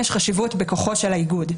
יש חשיבות בכוחו של האיגוד,